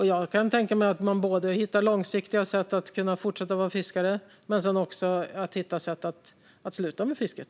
Jag kan tänka mig att man hittar både långsiktiga sätt att kunna fortsätta vara fiskare och sätt att kunna sluta med fisket.